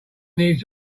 needs